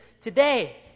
today